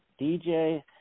DJ